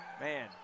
Man